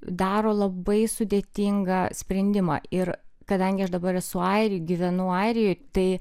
daro labai sudėtingą sprendimą ir kadangi aš dabar esu airijoj gyvenu airijoj tai